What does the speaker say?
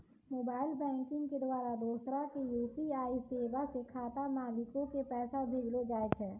mobile banking के द्वारा दोसरा के यू.पी.आई सेबा से खाता मालिको के पैसा भेजलो जाय छै